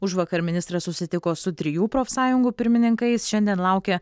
užvakar ministras susitiko su trijų profsąjungų pirmininkais šiandien laukia